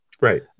right